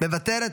מוותרת?